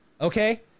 Okay